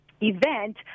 event